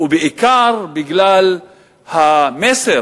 ובעיקר בגלל המסר